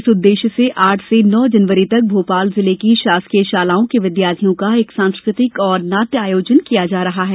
इस उद्देश्य से आठ से नौ जनवरी तक भोपाल जिले की शासकीय शालाओं के विद्यार्थियों का एक सांस्कृतिक और नाटय आयोजन किया जा रहा है